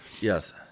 yes